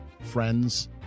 friends